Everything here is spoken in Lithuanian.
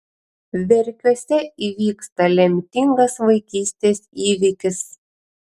verkiuose įvyksta lemtingas vaikystės įvykis